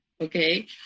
okay